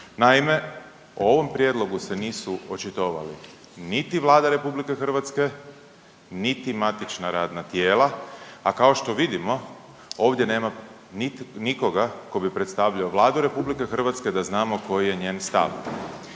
Naime, o ovom prijedlogu se nisu očitovali niti Vlada RH niti matična radna tijela, a kao što vidimo, ovdje nema niti nikoga tko bi predstavljao Vladu RH da znamo koji je njen stav.